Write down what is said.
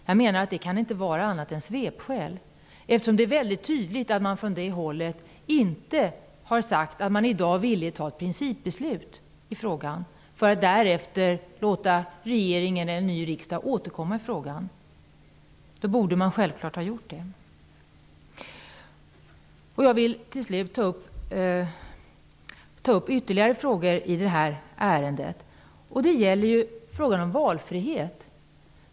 Jag menar att det inte kan vara annat än svepskäl, eftersom det är mycket tydligt att man från det hållet inte har sagt att man i dag är villig att fatta ett principbeslut i frågan för att därefter låta regeringen och en ny riksdag återkomma med frågan. Om skälen var formella borde man självklart ha gjort det. Jag vill till slut ta upp ytterligare en fråga i det här ärendet. Det gäller frågan om valfrihet.